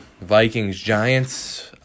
Vikings-Giants